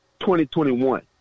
2021